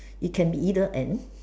it can be either ends